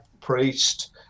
Priest